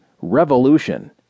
revolution